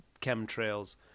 chemtrails